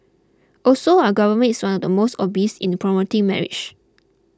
also our government is one of the most obsessed in the promoting marriage